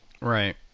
Right